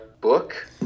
book